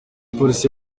mupolisi